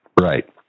Right